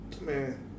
Man